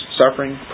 suffering